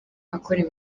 akora